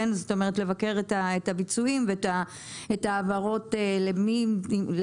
כלומר לבקר את הביצועים ואת ההעברות לאשכולות.